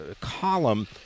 column